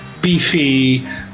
beefy